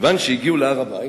כיוון שהגיעו להר-הבית,